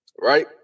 Right